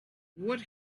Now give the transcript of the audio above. what